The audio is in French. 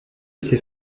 ses